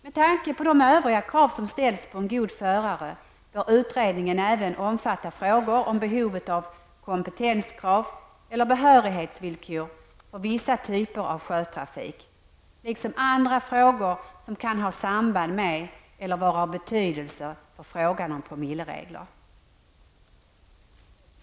Med tanke på de övriga krav som ställs på en god förare bör utredningen även omfatta frågan om behovet av kompetenskrav eller behörighetsvillkor för vissa typer av sjötrafik liksom andra frågor som kan ha samband med eller vara av betydelse för frågan om promilleregler.